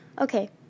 Okay